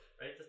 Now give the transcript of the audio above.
right